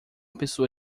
pessoa